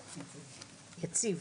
יציב,